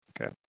Okay